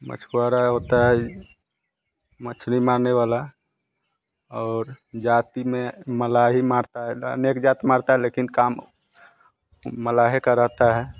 मछुआरा होता है मछली मारने वाला और जाति में मलाह ही मारता है अनेक जात मारता है लेकिन काम मलाहे का रहता है